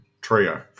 trio